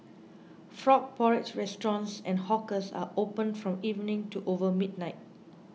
frog porridge restaurants and hawkers are opened from evening to over midnight